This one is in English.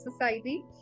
society